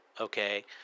Okay